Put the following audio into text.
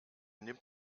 nimmt